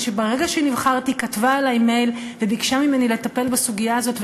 וברגע שנבחרתי היא כתבה אלי מייל וביקשה ממני לטפל בסוגיה הזאת,